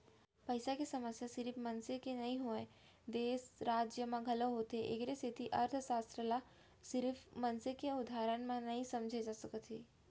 पइसा के समस्या सिरिफ मनसे के नो हय, देस, राज म घलोक होथे एखरे सेती अर्थसास्त्र ल सिरिफ मनसे के उदाहरन म नइ समझे जा सकय